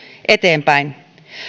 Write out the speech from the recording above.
eteenpäin